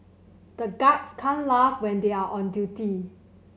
the guards can't laugh when they are on duty